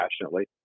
passionately